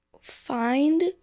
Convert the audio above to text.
Find